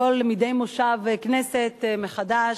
מדי מושב כנסת מחדש,